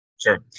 Sure